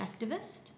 activist